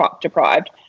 deprived